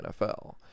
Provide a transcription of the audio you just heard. NFL